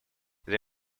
they